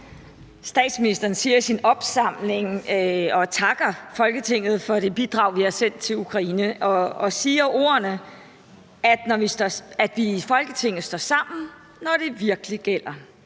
Statsministeren takker i sin opsamling Folketinget for det bidrag, vi har sendt til Ukraine, og siger, at vi i Folketinget står sammen, når det virkelig gælder.